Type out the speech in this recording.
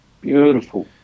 Beautiful